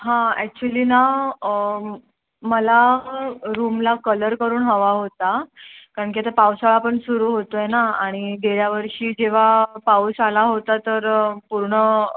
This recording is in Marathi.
हां ॲक्च्युली ना मला रूमला कलर करून हवा होता कारण की आता पावसाळा पण सुरू होतोय ना आणि गेल्या वर्षी जेव्हा पाऊस आला होता तर पूर्ण